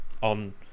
on